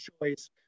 choice